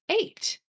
eight